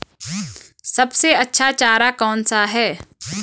सबसे अच्छा चारा कौन सा है?